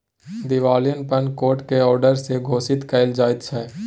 दिवालियापन कोट के औडर से घोषित कएल जाइत छइ